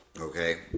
Okay